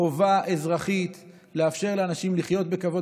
חובה אזרחית לאפשר לאנשים לחיות בכבוד